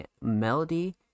melody